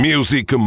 Music